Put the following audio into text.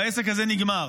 והעסק הזה נגמר.